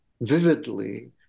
vividly